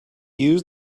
used